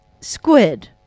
squid